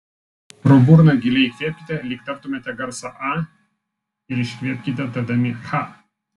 pro burną giliai įkvėpkite lyg tartumėte garsą a ir iškvėpkite tardami cha